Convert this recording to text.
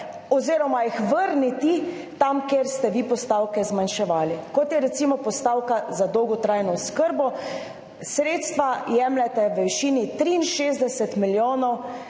oziroma jih vrniti tja, kjer ste vi postavke zmanjševali, kot je recimo postavka za dolgotrajno oskrbo. Sredstva jemljete v višini 63 milijonov,